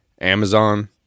Amazon